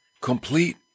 complete